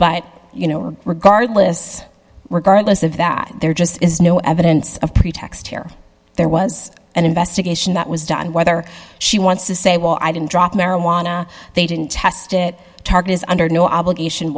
but you know regardless regardless of that there just is no evidence of pretext here there was an investigation that was done whether she wants to say well i didn't drop marijuana they didn't test it target is under no obligation